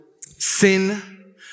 sin